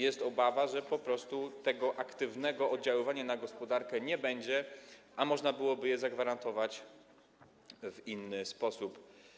Jest obawa, że po prostu tego aktywnego oddziaływania na gospodarkę nie będzie, a można byłoby je zagwarantować w inny sposób.